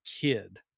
kid